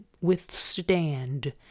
withstand